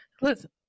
listen